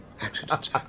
Accidents